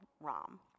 Rom